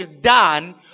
done